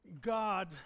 God